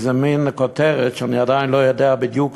מין כותרת, שאני עדיין לא יודע בדיוק